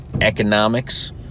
economics